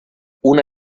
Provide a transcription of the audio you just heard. una